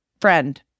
Friend